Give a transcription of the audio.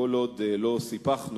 כל עוד לא סיפחנו,